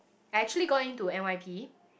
actually going to N_Y_P